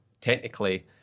technically